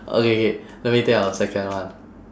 okay K let me think of a second one